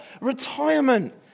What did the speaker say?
retirement